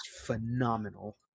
phenomenal